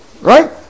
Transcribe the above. right